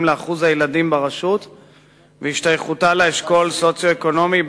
לאחוז הילדים ברשות והשתייכותה לאשכול סוציו-אקונומי,